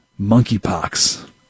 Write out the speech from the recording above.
Monkeypox